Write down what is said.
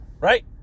Right